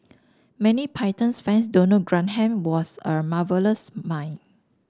many Python fans don't know Graham was a marvellous mime